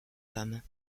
femme